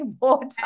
water